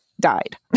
died